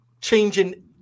changing